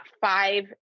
five